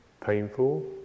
Painful